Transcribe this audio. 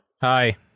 Hi